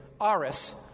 ARIS